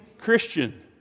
Christian